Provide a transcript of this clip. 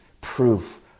proof